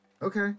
Okay